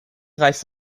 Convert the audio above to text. life